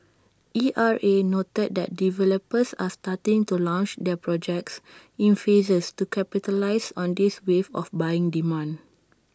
E R A noted that developers are starting to launch their projects in phases to capitalise on this wave of buying demand